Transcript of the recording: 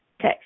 Okay